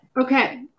Okay